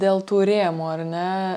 dėl tų rėmų ar ne